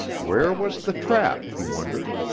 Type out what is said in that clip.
where was the trap, he wondered?